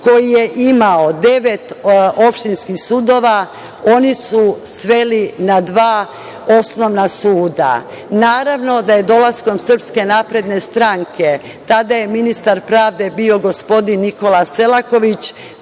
koji je imao devet opštinskih sudova oni su sveli na dva osnovna suda. Naravno da je dolaskom SNS, tada je bio ministar pravde gospodin Nikola Selaković,